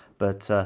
but,